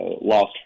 lost